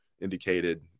indicated